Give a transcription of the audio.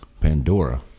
Pandora